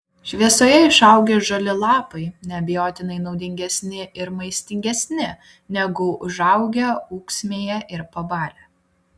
šviesoje išaugę žali lapai neabejotinai naudingesni ir maistingesni negu užaugę ūksmėje ir pabalę